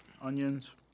onions